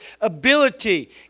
ability